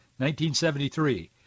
1973